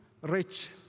rich